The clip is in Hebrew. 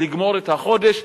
לגמור את החודש,